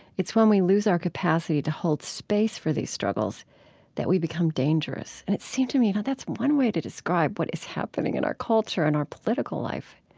it's when we lose our capacity to hold space for these struggles that we become dangerous. and it seemed to me now that that's one way to describe what is happening in our culture and our political life.